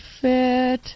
fit